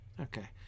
Okay